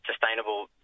sustainable